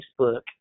Facebook